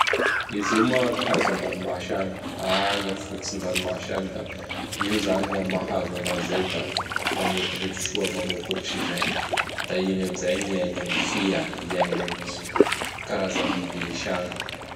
Izy io k hazo andranomasy agny, agny amin fototsy ny ranomasy agny da io izany amin'ny maha hazo anazy zay, da mamoaky rivotsy soa, mamoaky oxygène. Da igny amin'izay iaignan'ny fia, iaignan'ny karazambiby misy agny.